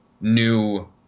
new